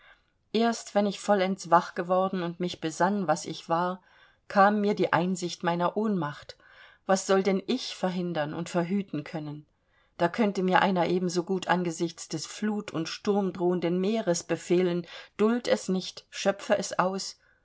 erst wenn ich vollends wach geworden und mich besann was ich war kam mir die einsicht meiner ohnmacht was soll denn ich verhindern und verhüten können da könnte mir einer ebensogut angesichts des flut und sturmdrohenden meeres befehlen duld es nicht schöpfe es aus